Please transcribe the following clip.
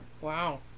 wow